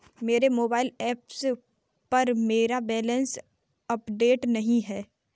मेरे mobile app पर मेरा बैलेंस अपडेट नहीं है